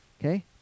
okay